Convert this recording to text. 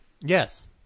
Yes